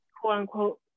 quote-unquote